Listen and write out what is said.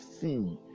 see